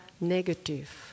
negative